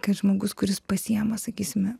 kad žmogus kuris pasiima sakysime